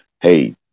hey